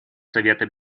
совета